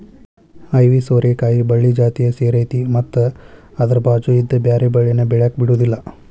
ಐವಿ ಸೋರೆಕಾಯಿ ಬಳ್ಳಿ ಜಾತಿಯ ಸೇರೈತಿ ಮತ್ತ ಅದ್ರ ಬಾಚು ಇದ್ದ ಬ್ಯಾರೆ ಬಳ್ಳಿನ ಬೆಳ್ಯಾಕ ಬಿಡುದಿಲ್ಲಾ